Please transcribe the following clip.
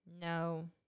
No